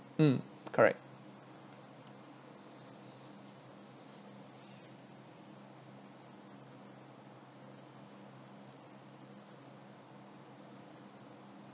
mm correct